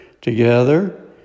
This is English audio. together